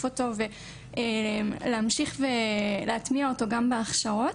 אותו ולהמשיך ולהטמיע אותו גם בהכשרות,